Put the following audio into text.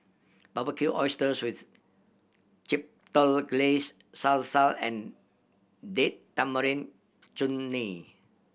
Barbecued Oysters with Chipotle Glaze Salsa and Date Tamarind Chutney